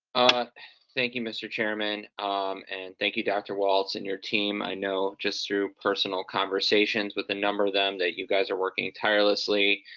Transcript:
thank you, mr. chairman. um and thank you, dr. walts and your team. i know just through personal conversations with a number of them that you guys are working tirelessly,